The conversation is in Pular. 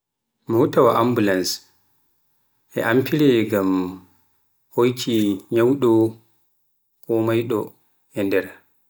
motaawa ambulance e amfire ngam hoyki nyawɗo ko mayɗo e nder.